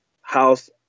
house